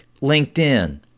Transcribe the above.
LinkedIn